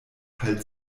halt